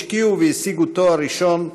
השקיעו והשיגו תואר ראשון,